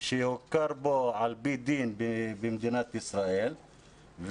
שיוכר על פי דין במדינת ישראל,